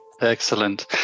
Excellent